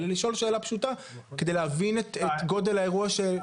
אבל לשאול שאלה פשוטה כדי להבין את גודל האירוע.